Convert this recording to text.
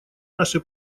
наши